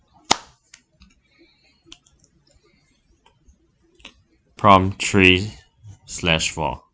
prompt three slash four